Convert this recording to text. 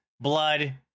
blood